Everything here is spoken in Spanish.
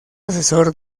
asesor